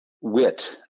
wit